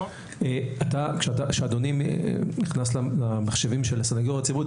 כאשר אדוני נכנס למחשבים של הסניגוריה הציבורית,